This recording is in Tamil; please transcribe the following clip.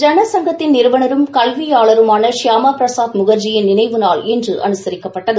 ஜன சங்கத்தின் நிறுவனரும் கல்வியாளருமான ஷியாம பிரசாத் முகா்ஜியின் நினைவு நாள் இன்று அனுசரிக்கப்பட்டது